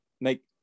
make